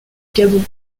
gabon